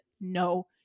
no